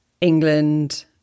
England